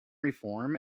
reform